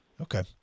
Okay